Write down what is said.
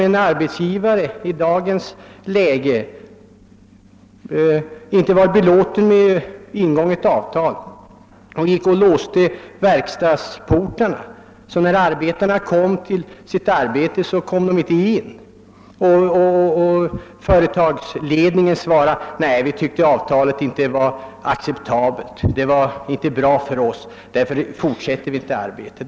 En arbetsgivare är inte belåten med ett ingånget avtal, han låser verkstadsportarna och svarar de anställda när de kommer till sitt arbete och inte släpps in: jag finner inte vårt avtal acceptabelt och därför lägger jag ned verksamheten.